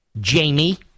Jamie